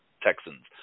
Texans